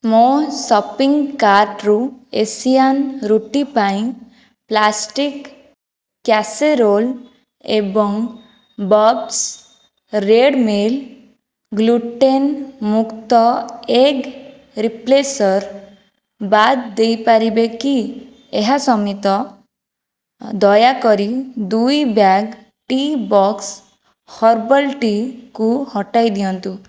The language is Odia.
ମୋ ସପିଂ କାର୍ଟ୍ରୁ ଏସିଆନ୍ ରୁଟି ପାଇଁ ପ୍ଲାଷ୍ଟିକ୍ କ୍ୟାସେରୋଲ୍ ଏବଂ ବବ୍ସ୍ ରେଡ଼୍ ମିଲ୍ ଗ୍ଲୁଟେନ୍ ମୁକ୍ତ ଏଗ୍ ରିପ୍ଲେସର୍ ବାଦ୍ ଦେଇପାରିବେ କି ଏହା ସମେତ ଦୟାକରି ଦୁଇ ବ୍ୟାଗ୍ ଟି ବକ୍ସ ହର୍ବାଲ୍ ଟି କୁ ହଟାଇ ଦିଅନ୍ତୁ